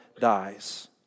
dies